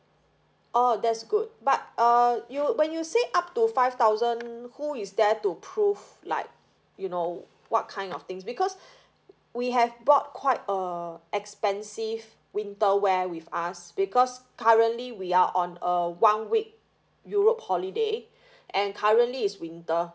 oh that's good but err you'd when you say up to five thousand who is there to prove like you know what kind of things because we have brought quite uh expensive winter wear with us because currently we are on a one week europe holiday and currently is winter